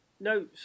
No